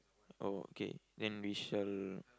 oh okay then we shall